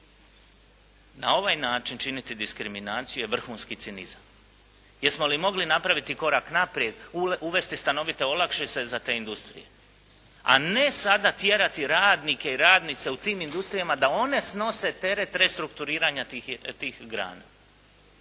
na ovaj način činiti diskriminaciju je vrhunski cinizam. Jesmo li mogli napraviti korak naprijed, uvesti stanovite olakšice za te industrije. A ne sada tjerati radnike i radnice u tim industrijama da one snose teret restrukturiranja tih grana.